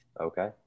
Okay